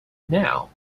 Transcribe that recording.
now